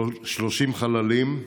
30 חללים,